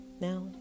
Now